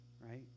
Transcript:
Right